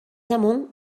amunt